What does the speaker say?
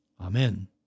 Amen